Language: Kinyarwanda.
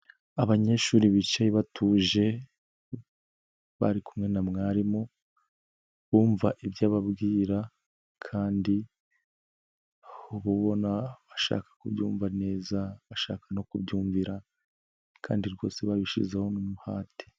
Abanyeshuri bicaye batuje, bari kumwe na mwarimu bumva ibyo ababwira kandi ubona bashaka kubyumva neza, bashaka no kubyumvira kandi rwose babishyizeho umuhate.